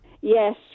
yes